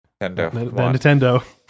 Nintendo